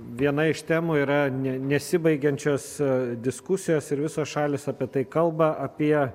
viena iš temų yra ne nesibaigiančios diskusijos ir visos šalys apie tai kalba apie